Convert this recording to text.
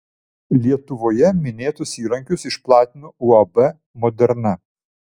lietuvoje minėtus įrankius išplatino uab moderna